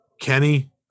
Kenny